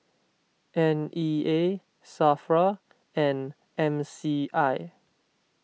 N E A Safra and M C I